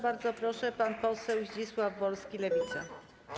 Bardzo proszę, pan poseł Zdzisław Wolski, Lewica.